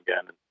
again